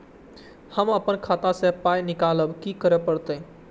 हम आपन खाता स पाय निकालब की करे परतै?